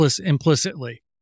implicitly